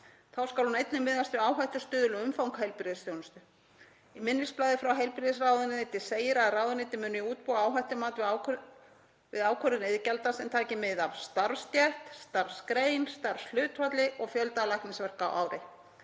Þá skal hún einnig miðast við áhættustuðul og umfang heilbrigðisþjónustu. Í minnisblaði frá heilbrigðisráðuneyti segir að ráðuneytið muni útbúa áhættumat við ákvörðun iðgjalda sem taki mið af starfsstétt, starfsgrein, starfshlutfalli og fjölda læknisverka á ári.